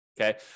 Okay